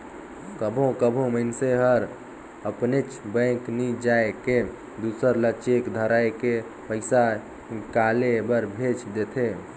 कभों कभों मइनसे हर अपनेच बेंक नी जाए के दूसर ल चेक धराए के पइसा हिंकाले बर भेज देथे